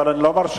אבל אני לא מרשה.